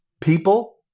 People